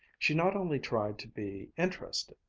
she not only tried to be interested.